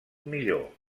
millor